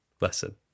lesson